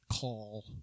call